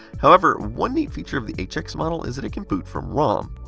however, one neat feature of the hx model is that it can boot from rom.